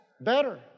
better